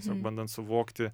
tiesiog bandant suvokti